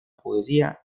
poesía